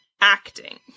acting